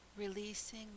Releasing